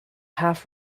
half